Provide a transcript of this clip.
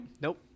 Nope